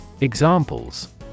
Examples